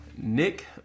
Nick